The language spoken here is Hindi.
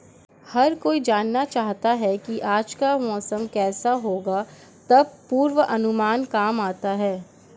हर कोई जानना चाहता है की आज का मौसम केसा होगा तब पूर्वानुमान काम आता है